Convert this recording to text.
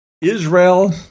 Israel